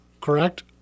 correct